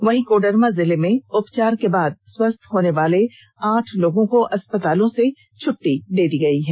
वहीं कोडरमा जिले में उपचार के बाद स्वस्थ होने वाले आठ लोगों को अस्पतालों से छट्टी दे दी गई है